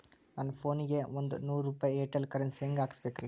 ನನ್ನ ಫೋನಿಗೆ ಒಂದ್ ನೂರು ರೂಪಾಯಿ ಏರ್ಟೆಲ್ ಕರೆನ್ಸಿ ಹೆಂಗ್ ಹಾಕಿಸ್ಬೇಕ್ರಿ?